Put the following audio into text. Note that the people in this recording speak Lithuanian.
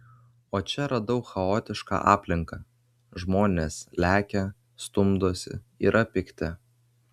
o čia radau chaotišką aplinką žmonės lekia stumdosi yra pikti